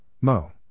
Mo